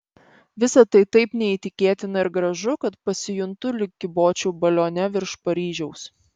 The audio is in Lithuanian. visa tai taip neįtikėtina ir gražu kad pasijuntu lyg kybočiau balione virš paryžiaus